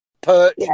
Perch